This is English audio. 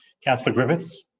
councillor griffiths